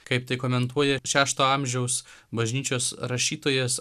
kaip tai komentuoja šešto amžiaus bažnyčios rašytojas